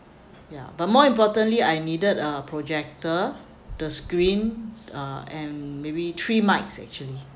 ya but more importantly I needed a projector the screen uh and maybe three mikes actually